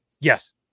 Yes